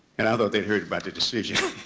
and i thought they heard about the decision